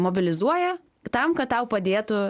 mobilizuoja tam kad tau padėtų